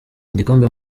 igikombe